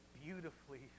beautifully